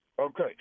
Okay